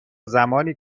زمانی